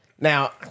Now